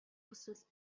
хүсвэл